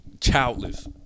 Childless